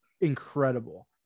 incredible